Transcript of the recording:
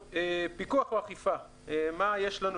פיקוח ואכיפה מה יש לנו,